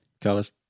Carlos